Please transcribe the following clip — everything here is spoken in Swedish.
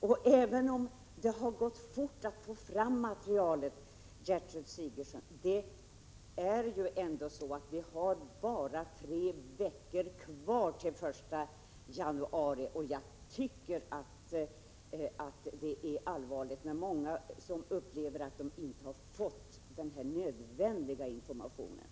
Jag vill mot denna bakgrund ställa följande fråga: Ärstatsrådet beredd att verka för en samvetsklausul för sjukvårdspersonal som inte vill medverka vid bortopererandet av organ från avlidna?